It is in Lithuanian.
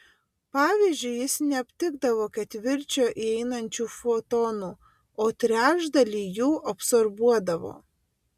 pavyzdžiui jis neaptikdavo ketvirčio įeinančių fotonų o trečdalį jų absorbuodavo